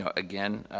ah again